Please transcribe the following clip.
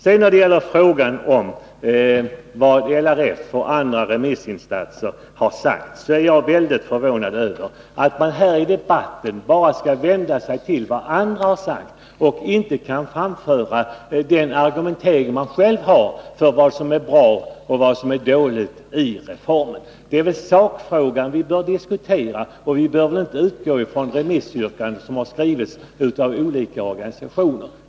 När det sedan gäller frågan om vad LRF och andra remissinstanser har sagt är jag mycket förvånad över att man i debatten här bara hänvisar till vad andra sagt. Man framför inte sina egna argument för vad som är bra eller dåligt i reformen. Det är väl sakfrågan vi skall diskutera. Vi bör inte utgå från remissyrkanden från olika organisationer.